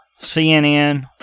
CNN